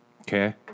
Okay